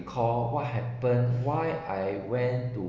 recalled what happen why I went to